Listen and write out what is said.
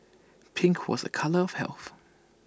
pink was A colour of health